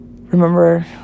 remember